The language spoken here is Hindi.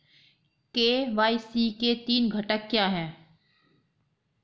के.वाई.सी के तीन घटक क्या हैं?